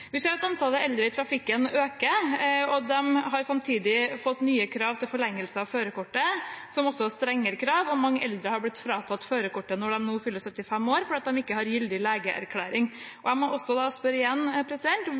Vi ser at antallet eldre i trafikken øker, og de har samtidig fått nye krav til forlengelse av førerkortet – som også er strengere krav – og mange eldre blir nå fratatt førerkortet når de fyller 75 år, fordi de ikke har gyldig legeerklæring. Jeg må spørre igjen: